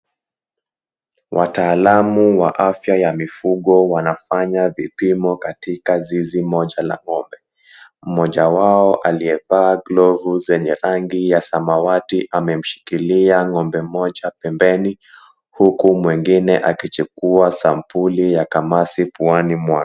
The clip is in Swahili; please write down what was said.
Wataalamu wa afya ya mifugo wanafanya vipimo katika zizi moja la ng'ombe. Mmoja wao aliyevaa glovu zenye rangi ya samawati amemshikilia ng'ombe mmoja pembeni huku mwengine akichukua sampuli ya kamasi puani mwake.